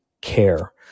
care